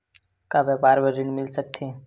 का व्यापार बर ऋण मिल सकथे?